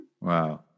Wow